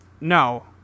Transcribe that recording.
no